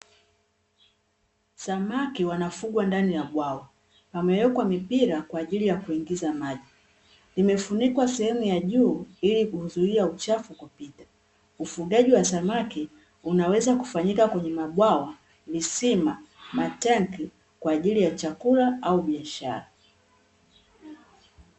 Samaki wanafugwa ndani ya bwawa, pamewekwa mipira kwa ajili ya kuingiza maji, limefunikwa sehemu ya juu ilikuzuia uchafu kupita. Ufugaji wa samaki unaweza kufanyika kwenye mabwawa, visima, matanki, kwa ajili ya chakula au biashara.